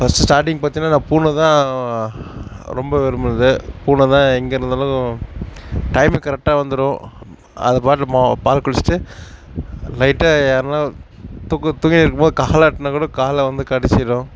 first starting பார்த்திங்னா நான் பூனைதான் ரொம்ப விரும்பினது பூனைதான் எங்கே இருந்தாலும் டைமுக்கு கரெக்டாக வந்துடும் அது பாட்டு ம பால் குடிச்சுட்டு லைட்டாக யார்னால் தூக்க தூங்கிட்டிருக்கும்போது காலாட்டினா கூட காலை வந்து கடிச்சிடும்